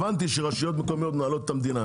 הבנתי שרשויות מקומיות מנהלות את המדינה,